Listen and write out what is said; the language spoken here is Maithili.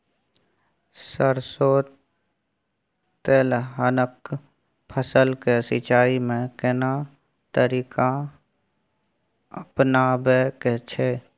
सरसो तेलहनक फसल के सिंचाई में केना तरीका अपनाबे के छै?